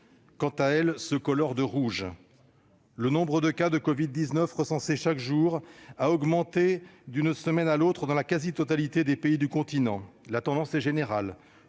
quant à elle, se colore de rouge. Le nombre de cas de covid-19 recensés chaque jour a augmenté d'une semaine à l'autre dans la quasi-totalité des pays du continent. La tendance est générale